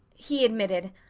he admitted,